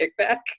kickback